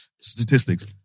Statistics